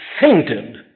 fainted